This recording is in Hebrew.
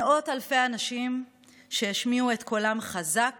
מאות אלפי אנשים שהשמיעו את קולם חזק